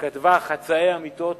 שכתבה חצאי אמיתות